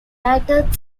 united